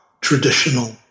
traditional